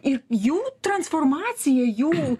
ir jų transformacija jų